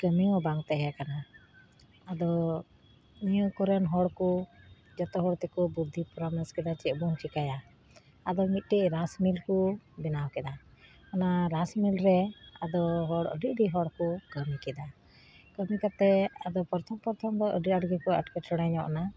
ᱪᱮᱫ ᱠᱟᱹᱢᱤ ᱦᱚᱸ ᱵᱟᱝ ᱛᱟᱦᱮᱸ ᱠᱟᱱᱟ ᱟᱫᱚ ᱱᱤᱭᱟᱹ ᱠᱚᱨᱮᱱ ᱦᱚᱲᱠᱚ ᱡᱚᱛᱚ ᱦᱚᱲᱛᱮᱠᱚ ᱵᱩᱫᱽᱫᱷᱤ ᱯᱚᱨᱟᱢᱚᱥ ᱠᱮᱫᱟ ᱪᱮᱫᱵᱚᱱ ᱪᱮᱠᱟᱭᱟ ᱟᱫᱚ ᱢᱤᱫᱴᱮᱡ ᱨᱟᱥ ᱢᱤᱞᱠᱚ ᱵᱮᱱᱟᱣ ᱠᱮᱫᱟ ᱚᱱᱟ ᱨᱟᱥ ᱢᱤᱞᱨᱮ ᱟᱫᱚ ᱦᱚᱲ ᱟᱹᱰᱤ ᱟᱹᱰᱤ ᱦᱚᱲᱠᱚ ᱠᱟᱹᱢᱤ ᱠᱮᱫᱟ ᱠᱟᱹᱢᱤ ᱠᱟᱛᱮ ᱟᱫᱚ ᱯᱚᱨᱛᱷᱚᱢ ᱯᱚᱨᱛᱷᱚᱢ ᱫᱚ ᱟᱹᱰᱤᱼᱟᱴ ᱜᱮᱠᱚ ᱟᱴᱠᱮᱴᱚᱬᱮ ᱧᱚᱜᱱᱟ